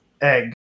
Egg